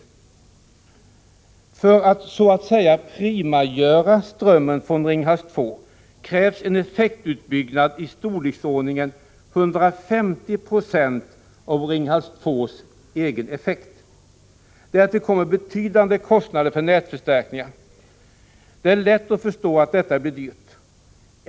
För att så att säga ”primagöra” strömmen från Ringhals 2 krävs det en effektutbyggnad i storleksordningen 150 20 av Ringhals 2:s egen effekt. Därtill kommer betydande kostnader för nätförstärkningar. Det är lätt att förstå att detta blir dyrt.